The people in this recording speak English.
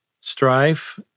strife